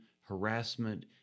harassment